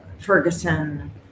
Ferguson